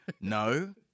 No